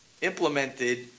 implemented